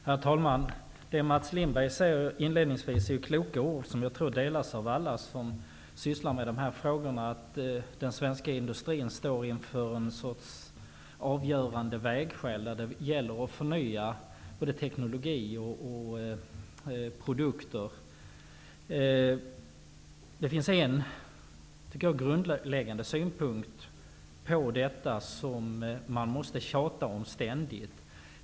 Herr talman! Det Mats Lindberg säger inledningsvis är kloka ord, som jag tror delas av alla som sysslar med de här frågorna. Den svenska industrin står inför en sorts avgörande vägskäl, där det gäller att förnya både teknologi och produkter. Det finns en grundläggande synpunkt på detta som man måste tjata om ständigt.